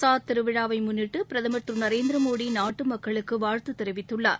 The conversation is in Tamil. சாத் திருவிழாவை முன்னிட்டு பிரதமர் திரு நரேந்திரமோடி நாட்டு மக்களுக்கு வாழ்த்து தெரிவித்துள்ளார்